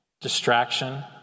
distraction